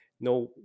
No